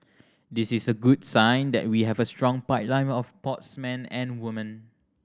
this is a good sign that we have a strong pipeline of sportsman and woman